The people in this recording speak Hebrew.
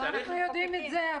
אנחנו יודעים את זה,